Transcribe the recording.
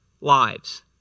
lives